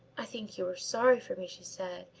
i think you were sorry for me, she said,